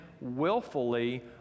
willfully